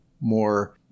more